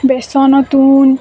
ବେସନ ତୁଣ୍